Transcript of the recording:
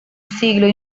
siglo